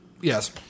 Yes